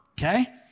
okay